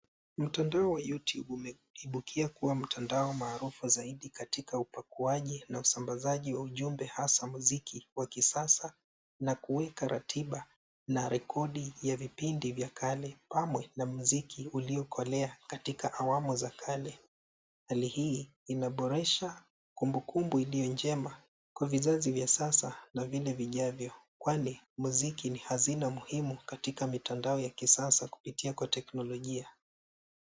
Mtandao wa Youtube umeibukia kuwa mtandao maarufu zaidi katika upakuaji na usambazaji wa ujumbe hasa muziki wa kisasa na kuweka ratiba na rekodi ya vipindi vya kale pamwe na muziki iliyokolea katika awamu za kale. Hali hii imeboresha kumbukumbu iliyo njema kwa vizazi vya sasa na vile vijavyo kwani muziki ni hazina muhimu katika mitandao ya kisasa kupitia kwa teknolojia.